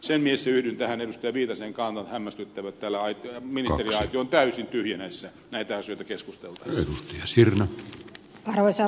viitasen kantaan että on hämmästyttävää että täällä ministeriaitio on täysin tyhjä näistä asioista keskusteltaessa